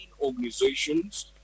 organizations